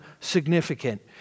significant